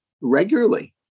regularly